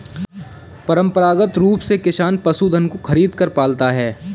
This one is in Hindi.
परंपरागत रूप से किसान पशुधन को खरीदकर पालता है